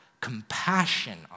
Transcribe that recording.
compassion